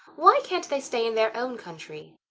why can't they stay in their own country?